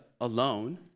alone